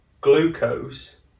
glucose